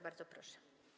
Bardzo proszę.